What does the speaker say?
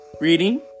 Reading